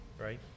right